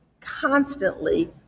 constantly